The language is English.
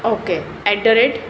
okay at the rate